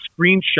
screenshot